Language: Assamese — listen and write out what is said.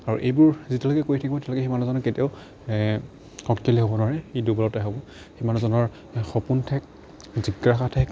আৰু এইবোৰ যেতিয়ালৈকে কৰি থাকিব তেতিয়ালৈকে সেই মানুহজনে কেতিয়াও শক্তিশালী হ'ব নোৱাৰে ই দুুৰ্বলতাহে হ'ব সেই মানুহজনৰ সপোনৰ ঠাইত জিজ্ঞাসাৰ ঠাইত